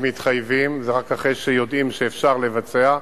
אם מתחייבים, זה רק אחרי שיודעים שאפשר לבצע,